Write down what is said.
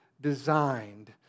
designed